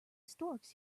storks